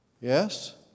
Yes